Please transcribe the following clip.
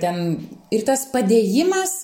ten ir tas padėjimas